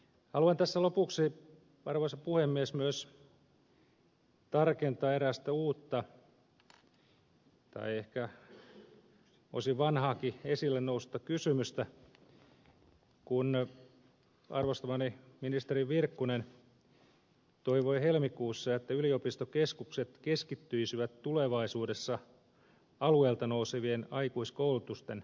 haluan tässä lopuksi arvoisa puhemies myös tarkentaa erästä uutta tai ehkä osin vanhaakin esille noussutta kysymystä kun arvostamani ministeri virkkunen toivoi helmikuussa että yliopistokeskukset keskittyisivät tulevaisuudessa alueilta nousevien aikuiskoulutusten tarpeisiin